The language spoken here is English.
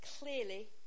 clearly